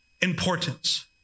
importance